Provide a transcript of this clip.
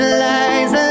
lies